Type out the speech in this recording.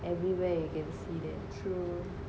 everywhere you can see that